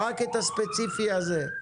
רק את התיקון הספציפי הזה.